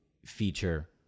Feature